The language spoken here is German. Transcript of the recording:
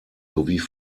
sowie